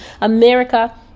America